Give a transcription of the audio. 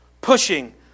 pushing